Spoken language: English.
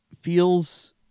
feels